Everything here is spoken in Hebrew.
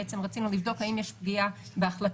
בעצם רצינו לבדוק האם יש פגיעה בהחלטת